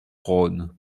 rhône